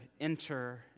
enter